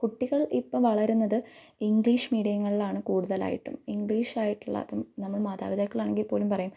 കുട്ടികൾ ഇപ്പം വളരുന്നത് ഇംഗ്ലീഷ് മീഡിയങ്ങളിലാണ് കൂടുതലായിട്ടും ഇംഗ്ലീഷ് ആയിട്ടുള്ള നമ്മൾ മാതാപിതാക്കൾ ആണെങ്കിൽ പോലും പറയും